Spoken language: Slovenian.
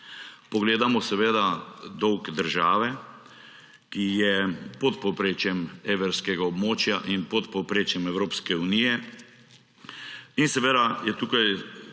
pogledamo seveda dolg države, ki je pod povprečjem evrskega območja in pod povprečjem Evropske unije, in seveda je tukaj